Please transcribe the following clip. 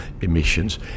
emissions